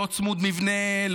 לא צמוד מבנה.